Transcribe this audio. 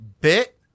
bit